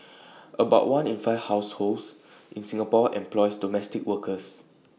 about one in five households in Singapore employs domestic workers